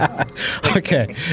Okay